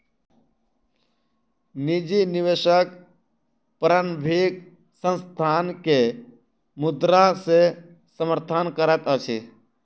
निजी निवेशक प्रारंभिक संस्थान के मुद्रा से समर्थन करैत अछि